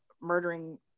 murdering